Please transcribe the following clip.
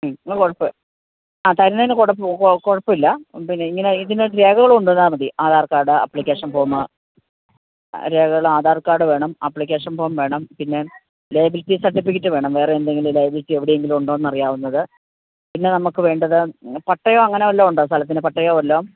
ഉം എന്നാല് കുഴപ്പമില്ല ആ തരുന്നതിനു കുഴപ്പമില്ല പിന്നെ ഇങ്ങനെ ഇതിനു രേഖകൾ കൊണ്ടുവന്നാല്മതി ആധാർ കാർഡാ ആപ്ലിക്കേഷൻ ഫോമാ രേഖകൾ ആധാർ കാർഡ് വേണം ആപ്ലിക്കേഷൻ ഫോം വേണം പിന്നെ ലയബിലിറ്റി സർട്ടിഫിക്കറ്റ് വേണം വേറെ എന്തെങ്കിലും ലയബിലിറ്റി എവിടെങ്കിലും ഉണ്ടോ എന്ന് അറിയാവുന്നത് പിന്നെ നമുക്ക് വേണ്ടത് പട്ടയം അങ്ങനെ വല്ലതും ഉണ്ടോ സ്ഥലത്തിന് പട്ടയം വല്ലതും